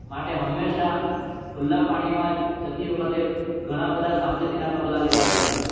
માટે હંમેશા ખુલ્લાં પાણીમાં જતી વખતે ઘણાં બધા સાવચેતીનાં પગલાં લેવા જોઈએ